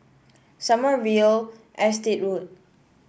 Sommerville Estate Road